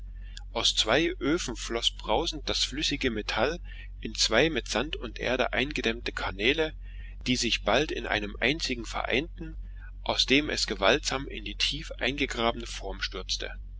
aus zwei öfen floß brausend das flüssige metall in zwei mit sand und erde eingedämmte kanäle die sich bald in einem einzigen vereinten aus dem es gewaltsam in die tief eingegrabene form stürzte